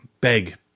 beg